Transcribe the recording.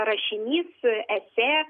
rašinys esė